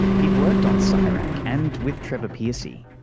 he'd worked on so csirac and with trevor pearcey.